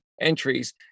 entries